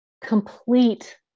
complete